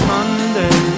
Monday